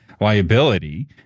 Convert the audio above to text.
liability